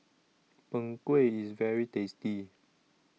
Png Kueh IS very tasty